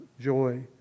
joy